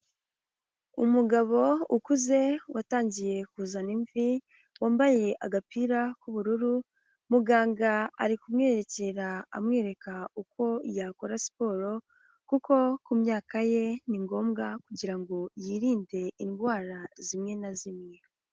Umugabo ukuze watangiye kuzana imvi, wambaye agapira k'ubururu, muganga ari kumwerekera amwereka uko yakora siporo, kuko ku myaka ye ni ngombwa kugira ngo yirinde indwara zimwe na zimwe.